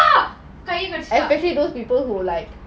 especially those people who like